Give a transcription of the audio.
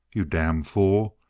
you damn fool!